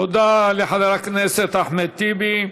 תודה לחבר הכנסת אחמד טיבי.